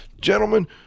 gentlemen